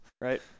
Right